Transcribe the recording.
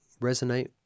resonate